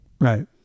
Right